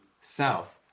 south